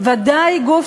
בדיון